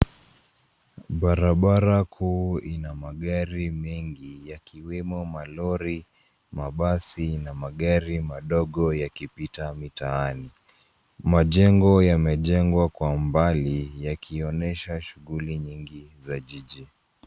Barabara kuu ina magari mengi yakiwemo malori, mabasi na magari madogo yakipita mitaani. Majengo yamejengwa kwa umbali yakionyesha shughuli nyingi za jiji.